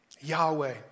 Yahweh